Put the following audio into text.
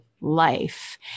life